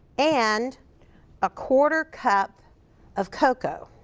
and a quarter cup of cocoa.